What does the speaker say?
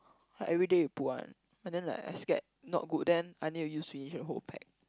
like everyday you put one but then like I scared not good then I need to use finish the whole pack